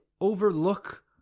overlook